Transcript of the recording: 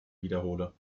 wiederhole